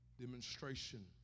demonstration